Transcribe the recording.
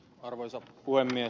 arvoisa puhemies